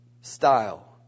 style